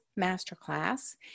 Masterclass